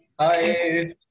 Hi